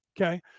okay